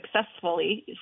successfully